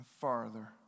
farther